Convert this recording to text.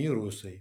nei rusai